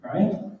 right